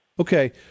Okay